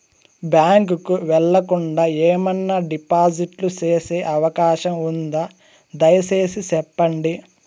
Bank కు వెళ్లకుండా, ఏమన్నా డిపాజిట్లు సేసే అవకాశం ఉందా, దయసేసి సెప్పండి?